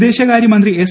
വിദേശകാര്യ മന്ത്രി എസ്